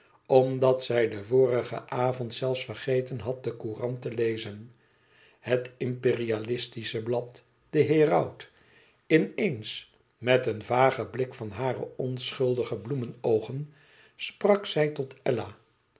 omdat zij den vorigen avond zelfs vergeten had den courant te lezen het imperialistische blad de heraut in eens met een vagen blik van hare onschuldige bloemenoogen sprak zij tot ella